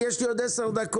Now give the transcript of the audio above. יש לנו עוד עשר דקות.